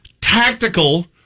tactical